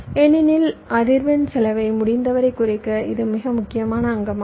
ஏனெனில் அதிர்வெண் செலவை முடிந்தவரை குறைக்க இது மிக முக்கியமான அங்கமாகும்